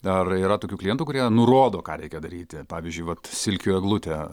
ar yra tokių klientų kurie nurodo ką reikia daryti pavyzdžiui vat silkių eglutę